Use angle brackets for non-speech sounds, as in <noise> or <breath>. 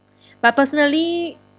<breath> but personally